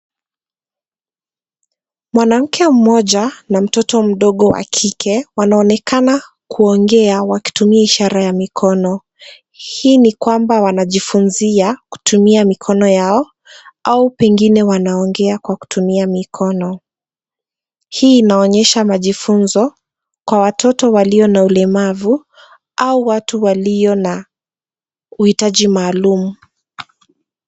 Mwanamke moja na mtoto mdogo wa kike wanaonekana kuongea wakitumia ishara ya mikono, hii ni kwamba wanajifunzia kutoka kutumia mikono yao au pengine wanaongea kwa kutumia mkono. Hii inaonyesha majifunzo kwa watoto walio na ulemavu au watu walio na huitaji maalum.